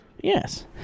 yes